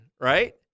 right